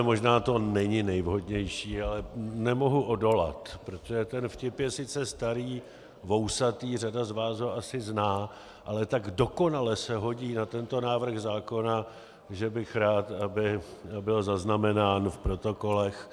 Možná to není nejvhodnější, ale nemohu odolat, protože ten vtip je sice starý, vousatý, řada z vás ho asi zná, ale tak dokonale se hodí na tento návrh zákona, že bych rád, aby byl zaznamenán v protokolech.